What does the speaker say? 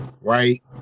right